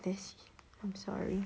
this I'm sorry